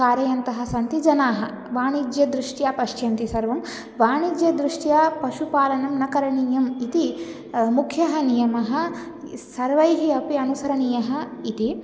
कारयन्तः सति जनाः वाणिज्यदृष्ट्या पश्यन्ति सर्वं वाणिज्यदृष्ट्या पशुपालनं न करणीयम् इति मुख्यः नियमः सर्वैः अपि अनुसरणीयः इति